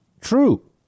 true